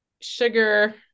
sugar